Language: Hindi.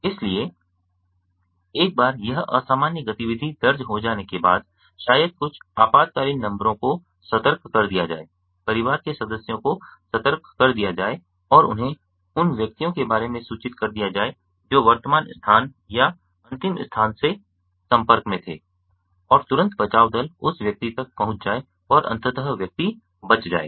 इसलिए एक बार यह असामान्य गतिविधि दर्ज हो जाने के बाद शायद कुछ आपातकालीन नंबरों को सतर्क कर दिया जाए परिवार के सदस्यों को सतर्क कर दिया जाए और उन्हें उन व्यक्तियों के बारे में सूचित कर दिया जाए जो वर्तमान स्थान या अंतिम स्थान से संपर्क थे और तुरंत बचाव दल उस व्यक्ति तक पहुंच जाए और अंततः व्यक्ति बच जाएगा